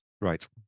Right